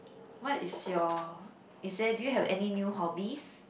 what is your is there do you have any new hobbies